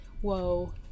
whoa